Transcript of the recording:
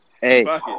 Hey